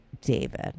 David